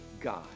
God